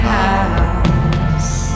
house